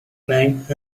climbed